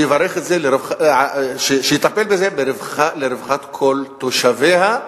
שיטפל בזה לרווחת כל תושביה,